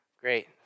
Great